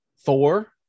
Thor